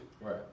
right